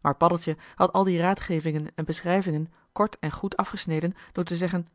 maar paddeltje had al die raadgevingen en beschrijvingen kort en goed afgesneden door te zeggen